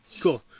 Cool